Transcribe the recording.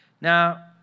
Now